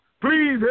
Please